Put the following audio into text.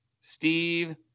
Steve